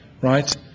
right